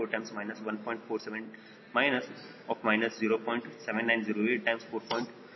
47 0